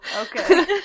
Okay